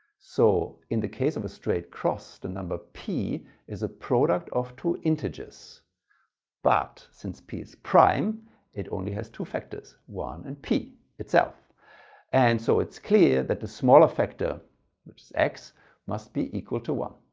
so in the case of a straight cross the number p is a product of two integers but since p is prime it only has two factors one and p itself and so it's clear that the smaller factor which is x must be equal to one.